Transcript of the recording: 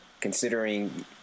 Considering